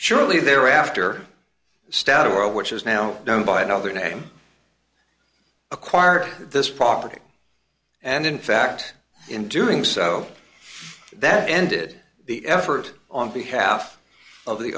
surely there after stat or a which is now known by another name acquired this property and in fact in doing so that ended the effort on behalf of the